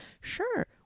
Sure